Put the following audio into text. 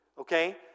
okay